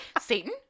Satan